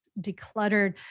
decluttered